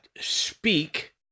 speak